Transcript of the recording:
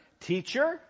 Teacher